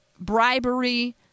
bribery